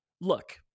Look